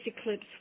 eclipse